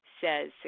says